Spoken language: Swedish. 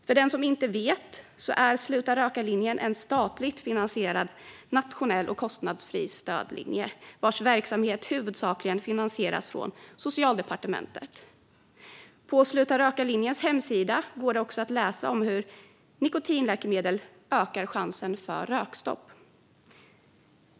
För den som inte vet är Sluta-röka-linjen en statligt finansierad nationell och kostnadsfri stödlinje vars verksamhet huvudsakligen finansieras från Socialdepartementet. På Sluta-röka-linjens hemsida går det också att läsa om hur nikotinläkemedel ökar chansen för rökstopp.